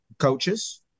coaches